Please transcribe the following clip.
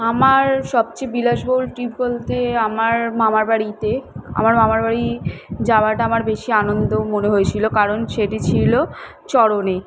আমার সবচেয়ে বিলাসবহুল ট্রিপ বলতে আমার মামার বাড়িতে আমার মামার বাড়ি যাওয়াটা আমার বেশি আনন্দ মনে হয়েছিলো কারণ সেটি ছিলো চরণে